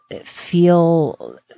feel